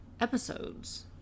Episodes